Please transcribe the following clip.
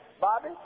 Bobby